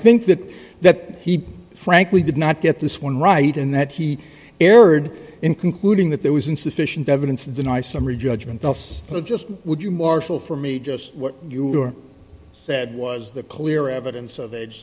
think that that he frankly did not get this one right and that he erred in concluding that there was insufficient evidence to deny summary judgment else just would you marshall for me just what you said was the clear evidence of age